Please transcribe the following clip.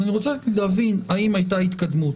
אני רוצה להבין האם הייתה התקדמות